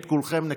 את כולכם נקבל.